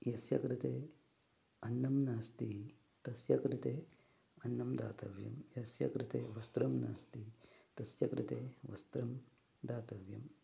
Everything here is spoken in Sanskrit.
यस्य कृते अन्नं नास्ति तस्य कृते अन्नं दातव्यं यस्य कृते वस्त्रं नास्ति तस्य कृते वस्त्रं दातव्यम्